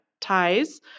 ties